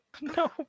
no